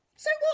so what?